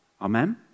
Amen